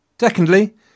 Secondly